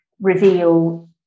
reveal